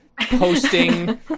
posting